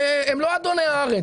הם לא אדוני הארץ,